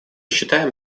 считаем